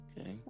Okay